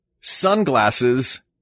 sunglasses